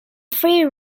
free